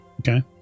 Okay